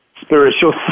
spiritual